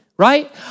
right